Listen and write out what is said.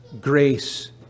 grace